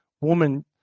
Woman